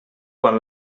quan